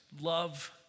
love